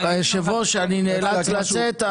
היושב-ראש, אני נאלץ לצאת.